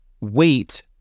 wait